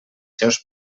seus